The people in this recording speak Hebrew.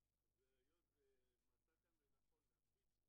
השעה 9:02 ואני מתכבד לפתוח את ישיבת ועדת העבודה,